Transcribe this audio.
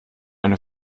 eine